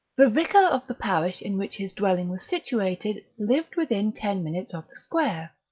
the vicar of the parish in which his dwelling was situated lived within ten minutes of the square.